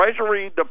Treasury